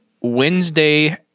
Wednesday